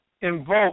invoke